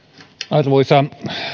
arvoisa